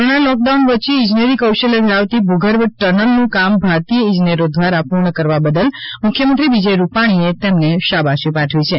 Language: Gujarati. કોરોના લોકડાઉન વચ્ચે ઇજનેરી કૌશલ્ય ધરાવતી ભુગર્ભ ટનલનું કામ ભારતીય ઇજનેરો દ્વારા પૂર્ણ કરવા બદલ મુખ્યમંત્રી વિજય રૂપાણીએ તેમણે શાબાશી પાઠવી છે